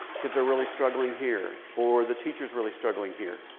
kids are really struggling here, or the teacher is really struggling here.